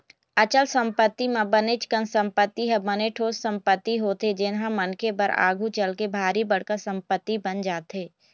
अचल संपत्ति म बनेच कन संपत्ति ह बने ठोस संपत्ति होथे जेनहा मनखे बर आघु चलके भारी बड़का संपत्ति बन जाथे